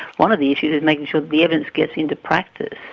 one of the issues is making sure that the evidence gets into practice.